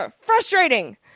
Frustrating